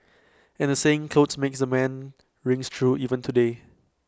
and the saying 'clothes make the man' rings true even today